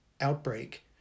outbreak